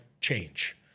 change